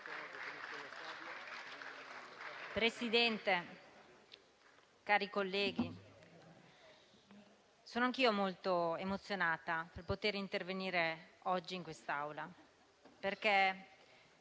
Presidente, cari colleghi, sono anch'io molto emozionata di poter intervenire oggi in quest'Aula, perché